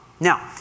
Now